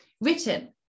written